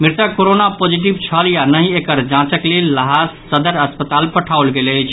मृतक corona positive छल या नहि एकर जांचक लेल लहास सदर अस्पताल पठाओल गेल अछि